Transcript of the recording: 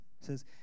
says